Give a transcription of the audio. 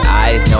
eyes